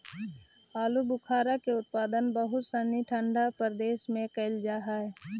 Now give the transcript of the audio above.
आलूबुखारा के उत्पादन बहुत सनी ठंडा प्रदेश में कैल जा हइ